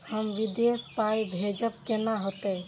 हम विदेश पाय भेजब कैना होते?